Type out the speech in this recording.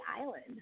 Island